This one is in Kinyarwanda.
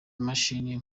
mashini